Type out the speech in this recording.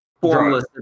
formless